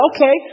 Okay